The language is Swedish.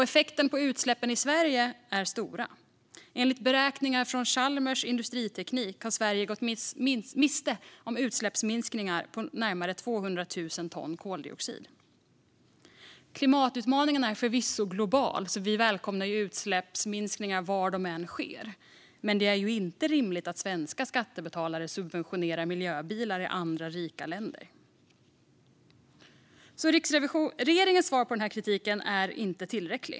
Effekterna på utsläppen i Sverige är stora. Enligt beräkningar från Chalmers Industriteknik har Sverige gått miste om utsläppsminskningar på närmare 200 000 ton koldioxid. Klimatutmaningen är förvisso global, så vi välkomnar utsläppsminskningar var de än sker. Men det är inte rimligt att svenska skattebetalare subventionerar miljöbilar i andra rika länder. Regeringens svar på kritiken är inte tillräcklig.